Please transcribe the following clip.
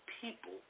people